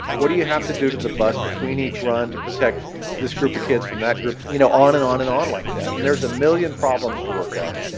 what do you have to do to the bus between each run to protect this group of kids from that group? you know, on and on and on like that. and there's a million problems to work out.